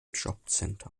jobcenter